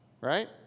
right